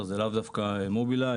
זה לאו דווקא מובילאיי.